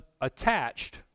attached